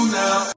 now